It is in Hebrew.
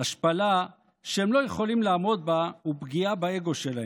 השפלה שהם לא יכולים לעמוד בה ופגיעה באגו שלהם.